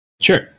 Sure